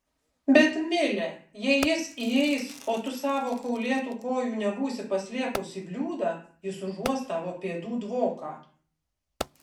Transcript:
bet mile jei jis įeis o tu savo kaulėtų kojų nebūsi paslėpus į bliūdą jis užuos tavo pėdų dvoką